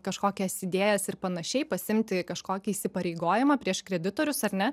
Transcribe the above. kažkokias idėjas ir panašiai pasiimti kažkokį įsipareigojimą prieš kreditorius ar ne